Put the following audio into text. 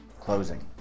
closing